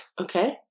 Okay